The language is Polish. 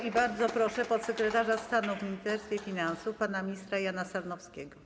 I bardzo proszę podsekretarza stanu w Ministerstwie Finansów pana ministra Jana Sarnowskiego.